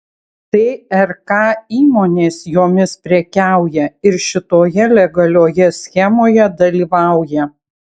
tai rk įmonės jomis prekiauja ir šitoje legalioje schemoje dalyvauja